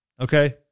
Okay